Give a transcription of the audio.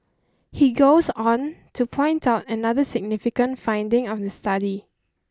he goes on to point out another significant finding of the study